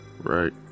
right